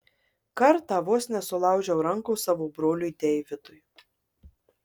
kartą vos nesulaužiau rankos savo broliui deividui